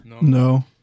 No